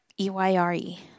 E-Y-R-E